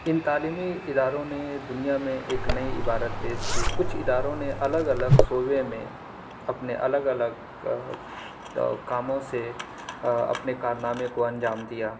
ان تعلیمی اداروں نے دنیا میں ایک نئی عبارت پیش کی کچھ اداروں نے الگ الگ شعبے میں اپنے الگ الگ کا کاموں سے اپنے کارنامے کو انجام دیا